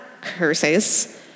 curses